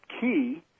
key